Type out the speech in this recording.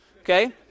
Okay